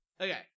Okay